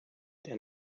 der